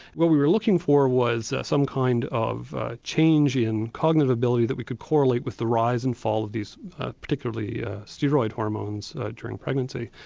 what we were looking for was some kind of change in cognitive ability that we could correlate with the rise and fall of these particularly steroid hormones during pregnancy.